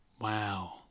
Wow